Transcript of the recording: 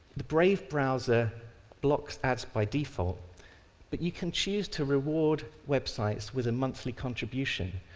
the brave browser blocks ads by default but you can choose to reward websites with a monthly contribution,